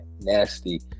Nasty